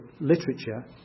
literature